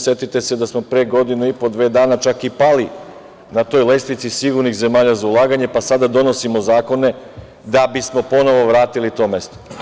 Setite se da smo pre godinu i po, dve dana, čak i pali na toj lestvici sigurnih zemalja za ulaganje, pa sada odnosimo zakone da bismo ponovo vratili to mesto.